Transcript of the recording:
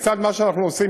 לצד מה שאנחנו עושים,